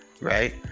right